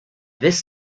this